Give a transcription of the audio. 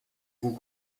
roux